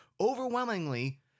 Overwhelmingly